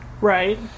right